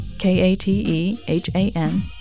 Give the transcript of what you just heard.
k-a-t-e-h-a-n